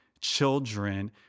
children